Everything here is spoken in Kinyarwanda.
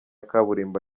kaburimbo